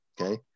Okay